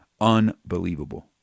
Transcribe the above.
Unbelievable